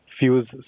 fuse